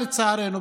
נתניהו.